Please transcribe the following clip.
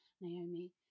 naomi